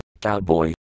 Cowboy